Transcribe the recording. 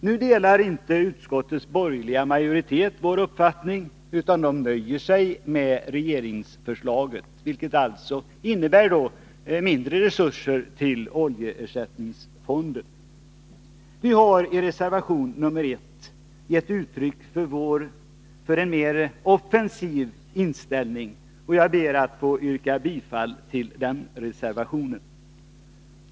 Nu delar inte utskottets borgerliga majoritet vår uppfattning utan nöjer sig med regeringsförslaget, vilket alltså innebär mindre resurser till oljeersättningsfonden. Vi har i reservation nr 1 gett uttryck för en mer offensiv inställning, och jag ber att få yrka bifall till denna reservation.